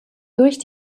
durch